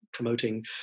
promoting